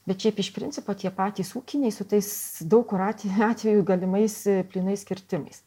bet šiaip iš principo tie patys ūkiniai su tais daug kur at atvejų galimais plynais kirtimais